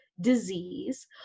disease